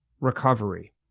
recovery